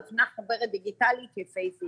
הוכנה להם חוברת דיגיטלית יפיפייה.